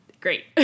great